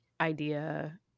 idea